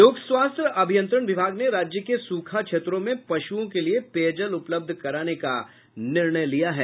लोक स्वास्थ्य अभियंत्रण विभाग ने राज्य के सूखा क्षेत्रों में पशुओं के लिए पेयजल उपलब्ध कराने का निर्णय लिया है